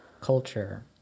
culture